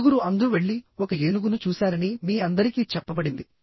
నలుగురు అంధులు వెళ్లి ఒక ఏనుగును చూశారని మీ అందరికీ చెప్పబడింది